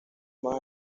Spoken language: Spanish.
más